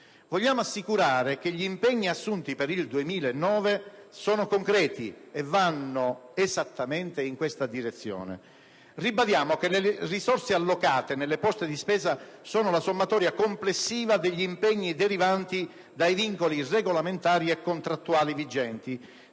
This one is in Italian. Vogliamo assicurare che gli impegni assunti per il 2009 sono concreti e vanno esattamente in questa direzione. Ribadiamo che le risorse allocate nelle poste di spesa sono la sommatoria complessiva degli impegni derivanti dai vincoli regolamentari e contrattuali vigenti,